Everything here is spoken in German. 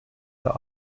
der